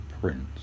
prince